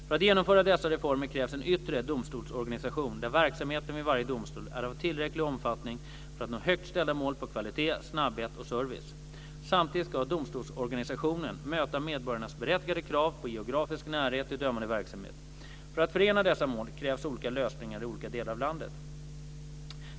För att genomföra dessa reformer krävs en yttre domstolsorganisation där verksamheten vid varje domstol är av tillräcklig omfattning för att nå högt ställda mål på kvalitet, snabbhet och service. Samtidigt ska domstolsorganisationen möta medborgarnas berättigade krav på geografisk närhet till dömande verksamhet. För att förena dessa mål krävs olika lösningar i olika delar av landet.